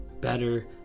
better